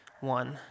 one